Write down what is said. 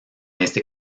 este